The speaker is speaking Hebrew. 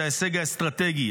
זה ההישג האסטרטגי.